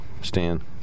Stan